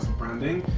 branding.